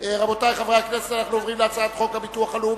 40 נגד, אין נמנעים.